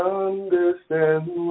understand